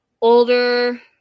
older